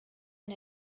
and